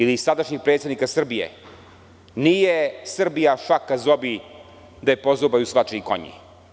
Ili sadašnjeg predsednika Srbije: „Nije Srbija šaka zobi da je pozobaju svačiji konji“